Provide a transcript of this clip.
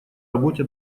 работе